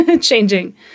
changing